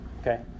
okay